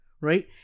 right